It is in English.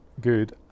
good